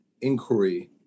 inquiry